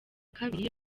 kabiri